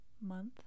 month